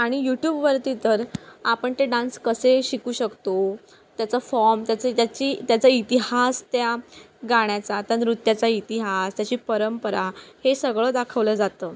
आणि यूट्यूबवरती तर आपण ते डान्स कसे शिकू शकतो त्याचं फॉर्म त्याचं त्याची त्याचा इतिहास त्या गाण्याचा त्या नृत्याचा इतिहास त्याची परंपरा हे सगळं दाखवलं जातं